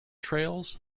trails